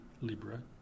Libra